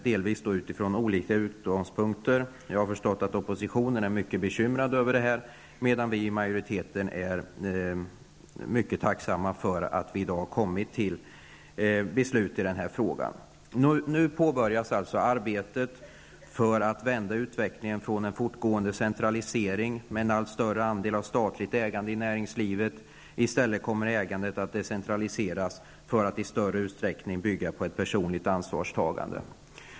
Det är det delvis från olika utgångspunkter; jag har förstått att oppositionen är mycket bekymrad över det här, medan vi i majoriteten är mycket tacksamma för att vi i dag kommer till beslut i den här frågan. Nu påbörjas alltså arbetet på att vända utvecklingen från en fortgående centralisering med en allt större andel av statligt ägande i näringslivet till en decentralisering av ägandet och en övergång till att i större utsträckning bygga på ett personligt ansvarstagande.